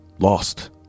lost